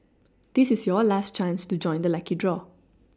this is your last chance to join the lucky draw